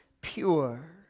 pure